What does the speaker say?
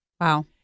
Wow